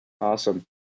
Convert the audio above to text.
Awesome